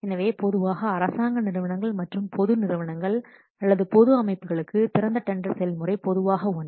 எனவே பொதுவாக அரசாங்க நிறுவனங்கள் மற்றும் பொது நிறுவனங்கள் அல்லது பொது அமைப்புகளுக்கு திறந்த டெண்டர் செயல்முறை பொதுவாக ஒன்று